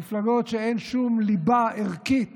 מפלגות שאין שום ליבה ערכית